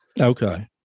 Okay